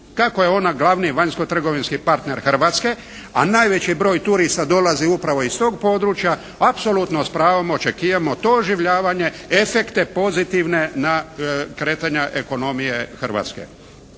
Kako je ona glavni vanjsko trgovinski partner Hrvatske, a najveći broj turista dolazi upravo iz tog područja apsolutno s pravom očekujemo to oživljavanje efekte pozitivne na kretanja ekonomije Hrvatske.